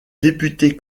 député